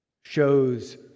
shows